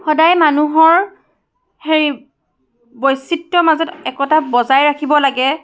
সদায় মানুহৰ হেৰি বৈচিত্ৰ্যৰ মাজত একতা বজাই ৰাখিব লাগে